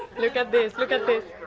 look at this, look at this.